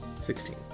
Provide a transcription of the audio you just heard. Sixteen